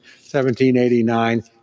1789